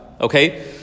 Okay